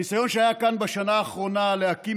הניסיון שהיה כאן בשנה האחרונה להקים